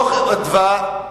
בדוח "מרכז אדוה"